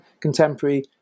contemporary